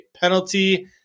Penalty